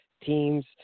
teams